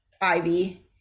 Ivy